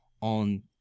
on